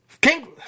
king